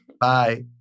Bye